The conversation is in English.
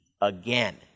again